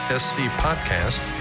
scpodcast